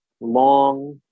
long